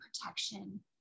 protection